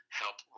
help